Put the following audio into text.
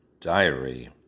Diary